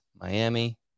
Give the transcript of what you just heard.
Miami